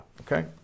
Okay